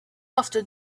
after